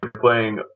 playing